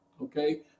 Okay